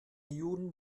juden